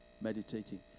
Meditating